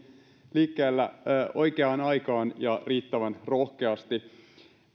liikkeellä oikeaan aikaan ja riittävän rohkeasti tämä